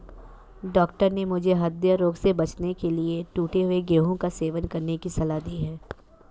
doctor ने मुझे हृदय रोग से बचने के लिए टूटे हुए गेहूं का सेवन करने की सलाह दी है